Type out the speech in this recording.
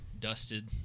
dusted